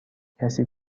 کسی